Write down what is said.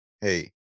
Hey